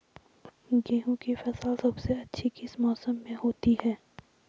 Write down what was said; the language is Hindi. गेहूँ की फसल सबसे अच्छी किस मौसम में होती है